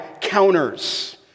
counters